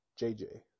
jj